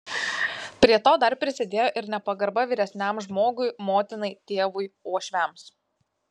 prie to dar prisidėjo ir nepagarba vyresniam žmogui motinai tėvui uošviams